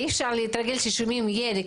אי אפשר להתרגל כששומעים ירי.